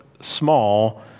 small